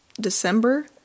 December